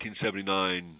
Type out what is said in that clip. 1879